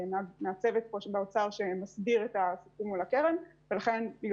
מהצוות באוצר שמסביר את הסיכום מול הקרן ולכן אני